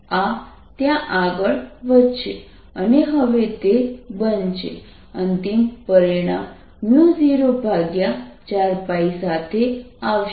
આ ત્યાં આગળ વધશે અને હવે તે બનશે અંતિમ પરિણામ 04π સાથે આવશે